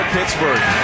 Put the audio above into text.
Pittsburgh